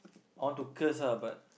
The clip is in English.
I want to curse ah but